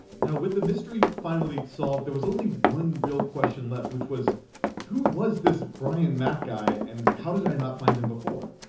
with the mystery finally solved, there was only one real question left, which was who was this brian matt guy and how did i not find him before?